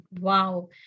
Wow